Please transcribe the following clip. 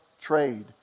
trade